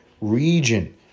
region